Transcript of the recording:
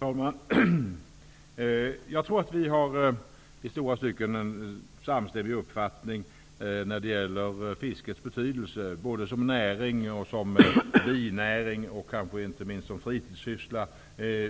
Herr talman! Jag tror att vi i stora stycken har en samstämmig uppfattning när det gäller fiskets betydelse både som näring, binäring och inte minst som fritidssyssla